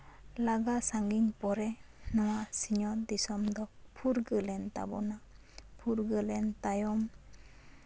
ᱞᱟᱜᱟ ᱥᱟᱺᱜᱤᱧ ᱯᱚᱨᱮ ᱱᱚᱣᱟ ᱥᱤᱧᱚᱛ ᱫᱤᱥᱚᱢ ᱫᱚ ᱯᱷᱩᱨᱜᱟᱹᱞ ᱮᱱ ᱛᱟᱵᱳᱱᱟ ᱯᱷᱩᱨᱜᱟᱹᱞ ᱮᱱ ᱛᱟᱭᱚᱢ